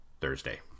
thursday